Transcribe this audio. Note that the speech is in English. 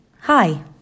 Hi